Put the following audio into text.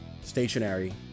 stationary